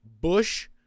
bush